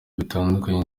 bitandukanye